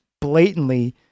blatantly